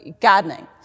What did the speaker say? gardening